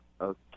Okay